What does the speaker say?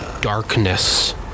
darkness